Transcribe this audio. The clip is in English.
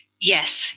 Yes